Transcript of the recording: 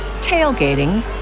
tailgating